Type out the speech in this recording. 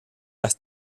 las